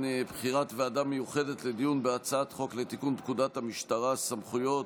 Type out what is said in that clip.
בחירת ועדה מיוחדת לדיון בהצעת חוק לתיקון פקודת המשטרה (סמכויות),